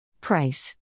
Price